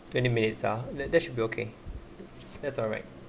twenty minutes ah that that should be okay that's all right